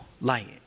light